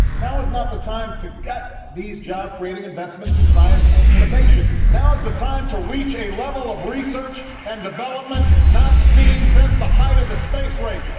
now is not the time to gut these job-creating investments in science and innovation. now is the time to reach a level of research and development not seen since the height of the space race.